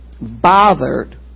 bothered